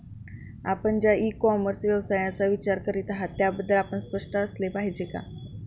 आपण ज्या e commerce व्यवसायाचा विचार करीत आहात त्याबद्दल आपण स्पष्ट असले पाहिजे का?